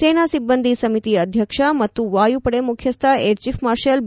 ಸೇನಾ ಸಿಬ್ಬಂದಿ ಸಮಿತಿ ಅಧ್ಯಕ್ಷ ಮತ್ತು ವಾಯುಪಡೆ ಮುಖ್ಯಸ್ಥ ಏರ್ಚೀಫ್ ಮಾರ್ಷಲ್ ಬಿ